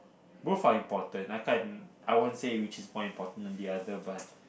both are important I can't I won't say which is more important than the other but